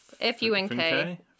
F-U-N-K